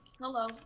Hello